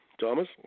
Thomas